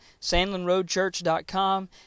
sandlinroadchurch.com